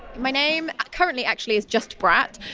my name currently actually is just brat,